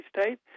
State